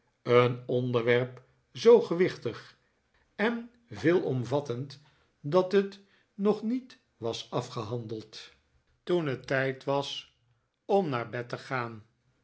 een onderwerp zoo gewichtig en veelomvattend dat het nog niet was afgehandeld nikolaas nickleby toen het tijd was om naar bed te gaan